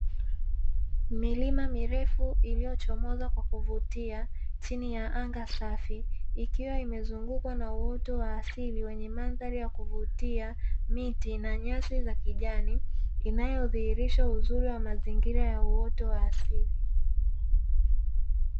Milima mirefu iliyochomoza kwa kuvutia chini ya anga safi ikiwa imezungukwa na uoto wa asili wenye madhari ya kuvutia miti na nyasi za kijani inayodhihirisha uzuri wa mazingira ya uoto wa asili.